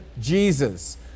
Jesus